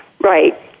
Right